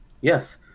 Yes